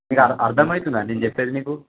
మీకు అర్ధమౌతోందా నేను చెప్పేది నీకు